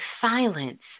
silence